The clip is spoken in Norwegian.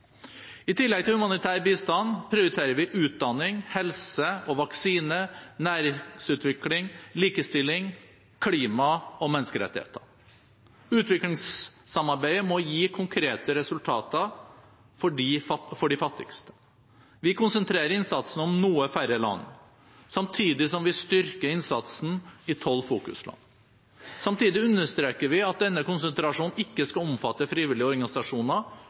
I tillegg til humanitær bistand prioriterer vi utdanning, helse og vaksine, næringsutvikling, likestilling, klima og menneskerettigheter. Utviklingssamarbeidet må gi konkrete resultater for de fattigste. Vi konsentrerer innsatsen om noe færre land, samtidig som vi styrker innsatsen i tolv fokusland. Samtidig understreker vi at denne konsentrasjonen ikke skal omfatte frivillige organisasjoner